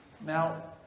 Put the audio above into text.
Now